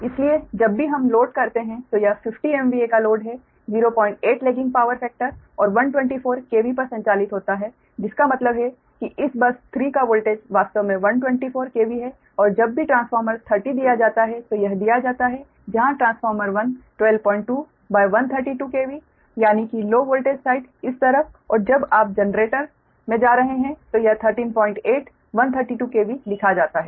इसलिए जब भी हम लोड करते हैं तो यह 50 MVA का लोड है 08 लैगिंग पावर फैक्टर और 124 KV पर संचालित होता है जिसका मतलब है कि इस बस 3 का वोल्टेज वास्तव में 124 KV है और जब भी ट्रांसफार्मर 30 दिया जाता है तो यह दिया जाता है जहां ट्रांसफॉर्मर 1 122 132 KV यानी कि लो वोल्टेज साइड इस तरफ और जब आप जनरेटर में जा रहे हैं तो यह 138 132 KV लिखा जाता है